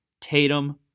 Tatum